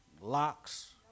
locks